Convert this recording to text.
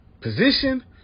position